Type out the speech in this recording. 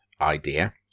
idea